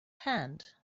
hand